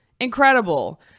Incredible